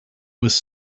was